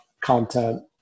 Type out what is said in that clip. content